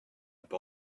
porte